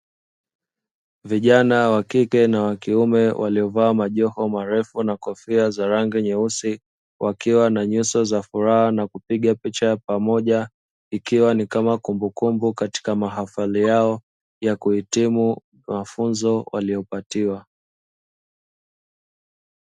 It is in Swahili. Vijana wakike na wakiume waliovaa majoho marefu na kofia za rangi nyeusi; wakiwa na nyuso za furaha na kupiga picha ya pamoja ikiwa ni kama kumbukubu katika mahafali yao ya kuhitimu mafunzo waliyopatiwa.